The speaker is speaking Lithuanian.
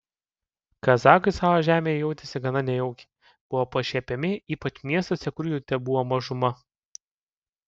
kazachai savo žemėje jautėsi gana nejaukiai buvo pašiepiami ypač miestuose kur jų tebuvo mažuma